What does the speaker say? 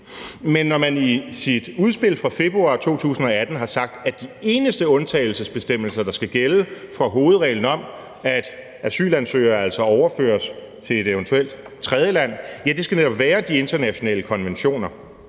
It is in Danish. men når man i sit udspil fra februar i 2018 har sagt, at de eneste undtagelsesbestemmelser, der skal gælde fra hovedreglen om, at asylansøgere altså overføres til et eventuelt tredjeland, skal være de internationale konventioner,